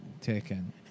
taken